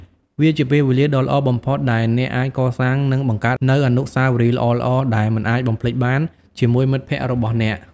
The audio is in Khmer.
វាជាពេលវេលាដ៏ល្អបំផុតដែលអ្នកអាចកសាងនិងបង្កើតនូវអនុស្សាវរីយ៍ល្អៗដែលមិនអាចបំភ្លេចបានជាមួយមិត្តភក្តិរបស់អ្នក។